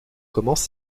commence